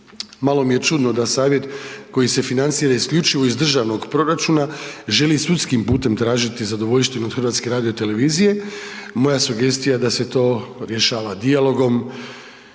Malo mi je čudno da Savjet koji se financira isključivo iz državnog proračuna želi sudskim putem tražiti zadovoljštinu od HRT-a. Moja sugestija je da se to rješava dijalogom